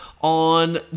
on